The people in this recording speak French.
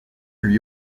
lui